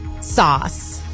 Sauce